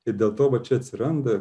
ir dėl to va čia atsiranda